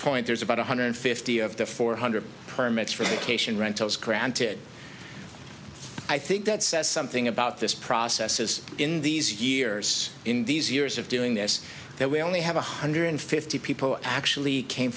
point there's about one hundred fifty of the four hundred permits for cation rentals granted i think that says something about this process is in these years in these years of doing this that we only have one hundred fifty people actually came